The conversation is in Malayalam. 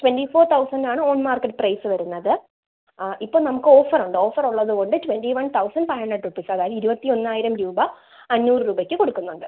ട്വൻറ്റി ഫോർ തൗസൻഡ് ആണ് ഓൺ മാർക്കറ്റ് പ്രൈസ് വരുന്നത് ആ ഇപ്പം നമുക്ക് ഓഫർ ഉണ്ട് ഓഫർ ഉള്ളത് കൊണ്ട് twenty one thousand five hundred rupees അത് ഇരുപത്തി ഒന്നായിരം രൂപ അഞ്ഞൂറ് രൂപയ്ക്ക് കൊടുക്കുന്നുണ്ട്